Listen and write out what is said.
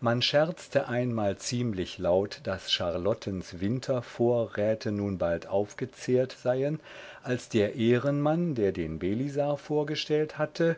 man scherzte einmal ziemlich laut daß charlottens wintervorräte nun bald aufgezehrt seien als der ehrenmann der den belisar vorgestellt hatte